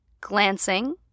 glancing